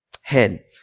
head